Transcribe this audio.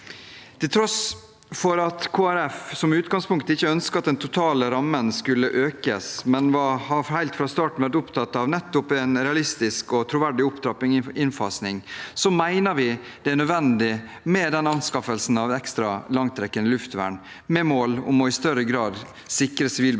Til tross for at Kristelig Folkeparti i utgangspunktet ikke ønsket at den totale rammen skulle økes, og at vi helt fra starten av har vært opptatt av en realistisk og troverdig opptrapping og innfasing, så mener vi det er nødvendig med denne anskaffelsen av ekstra, langtrekkende luftvern, med mål om i større grad å sikre sivilbefolkningen